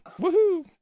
woohoo